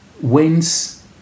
wins